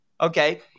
Okay